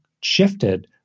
shifted